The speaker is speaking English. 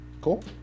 Cool